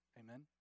amen